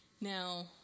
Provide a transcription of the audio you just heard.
Now